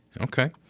Okay